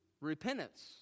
repentance